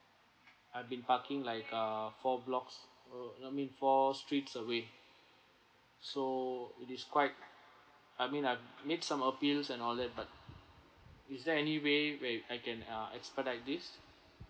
I've been parking like uh four blocks uh I mean four streets away so it is quite I mean I've made some appeals and all that but is there any way where I can ah expedite this